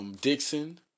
Dixon